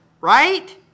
right